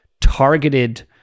targeted